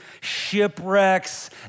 shipwrecks